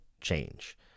change